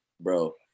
bro